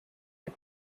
les